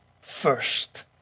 first